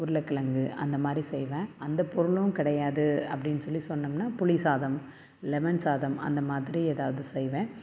உருளைக்கிழங்கு அந்தமாதிரி செய்வேன் அந்த பொருளும் கிடையாது அப்படினு சொல்லி சொன்னோம்னா புளி சாதம் லெமன் சாதம் அந்தமாதிரி எதாவது செய்வேன்